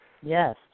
Yes